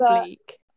bleak